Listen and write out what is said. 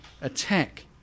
attack